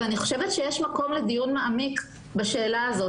אני חושבת שיש מקום לדיון מעמיק בשאלה הזו,